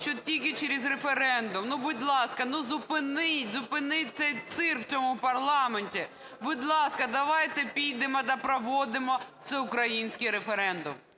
що тільки через референдум. Ну, будь ласка, ну, зупиніть, зупиніть цей цирк у цьому парламенті. Будь ласка, давайте підемо та проведемо всеукраїнський референдум".